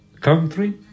country